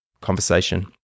conversation